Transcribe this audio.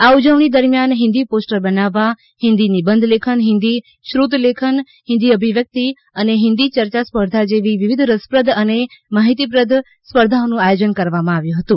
આ ઉજવણી દરમિયાન હિન્દી પોસ્ટર બનાવવા હિન્દી નિબંધ લેખન હિન્દી શ્રુતલેખન હિન્દી અભિવ્યક્તિ અને હિન્દી યર્યાસ્પર્ધા જેવી વિવિધ રસપ્રદ અને માહિતીપ્રદ સ્પર્ધાઓ નું આયોજન કરવામાં આવ્યું હતું